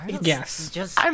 Yes